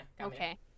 Okay